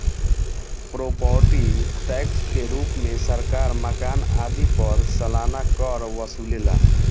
property tax के रूप में सरकार मकान आदि पर सालाना कर वसुलेला